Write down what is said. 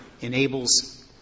enables